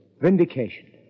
Vindication